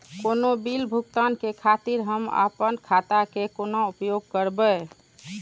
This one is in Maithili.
कोनो बील भुगतान के खातिर हम आपन खाता के कोना उपयोग करबै?